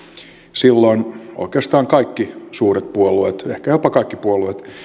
silloin oikeastaan kaikki suuret puolueet ehkä jopa kaikki puolueet